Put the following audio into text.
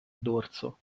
dorso